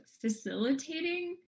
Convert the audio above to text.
facilitating